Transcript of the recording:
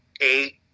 eight